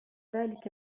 ذلك